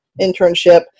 internship